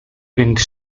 winged